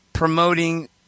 promoting